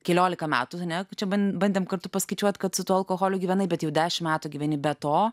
keliolika metų ane čia ban bandėm kartu paskaičiuot kad su tuo alkoholiu gyvenai bet jau dešim metų gyveni be to